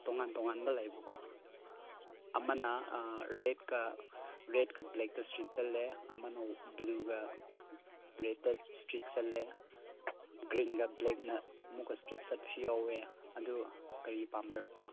ꯇꯣꯉꯥꯟ ꯇꯣꯉꯥꯟꯕ ꯂꯩꯕꯀꯣ ꯑꯃꯅ ꯑꯥ ꯔꯦꯗꯀ ꯔꯦꯗꯀ ꯕ꯭ꯂꯦꯛꯇ ꯏꯁꯇ꯭ꯔꯤꯞ ꯆꯠꯂꯦ ꯑꯃꯅ ꯕ꯭ꯂꯨꯒ ꯕ꯭ꯂꯦꯛꯀ ꯏꯁꯇꯤꯞ ꯆꯠꯂꯦ ꯒ꯭ꯔꯤꯟꯒ ꯕ꯭ꯂꯦꯛꯅ ꯑꯃꯨꯛꯀ ꯏꯁꯇ꯭ꯔꯤꯞ ꯆꯠꯄꯁꯨ ꯌꯥꯎꯋꯦ ꯑꯗꯨ ꯀꯔꯤ ꯄꯥꯝꯕ꯭ꯔꯥꯀꯣ